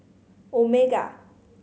omega